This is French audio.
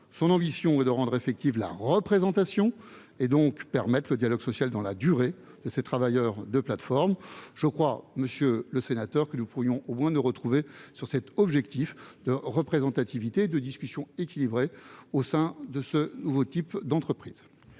Son ambition est de rendre effective la représentation, donc de permettre le dialogue social dans la durée avec ces travailleurs de plateforme. Je crois, monsieur le sénateur, que nous pourrions au moins nous retrouver sur cet objectif de représentativité et de discussion équilibrée au sein de ce nouveau type d'entreprise.